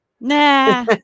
nah